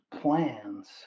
plans